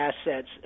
assets